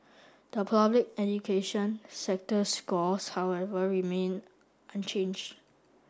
the public education sector's scores however remained unchanged